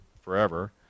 forever